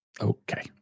Okay